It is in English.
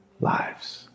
lives